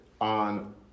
on